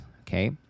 Okay